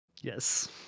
yes